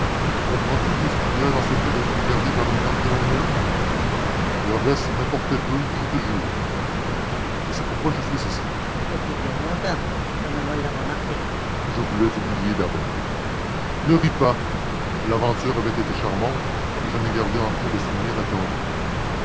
comprenez-vous tout ce qu'il y a dans ce fait d'être regardé par une femme que l'on aime le reste m'importait peu je vous jure et c'est pourquoi je suis ici depuis bien longtemps permettez-moi de le remarquer je voulais oublier d'abord ne riez pas l'aventure avait été charmante et j'en ai gardé encore le souvenir attendri